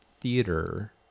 theater